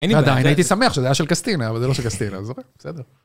עדיין, הייתי שמח שזה היה של קסטינה, אבל זה לא של קסטינה, זוכר? בסדר.